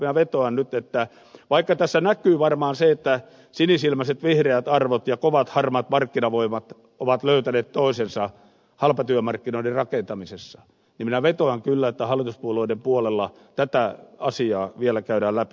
minä vetoan nyt että vaikka tässä näkyy varmaan se että sinisilmäiset vihreät arvot ja kovat harmaat markkinavoimat ovat löytäneet toisensa halpatyömarkkinoiden rakentamisessa niin hallituspuolueiden puolella tätä asiaa vielä käydään läpi